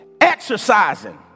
exercising